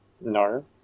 No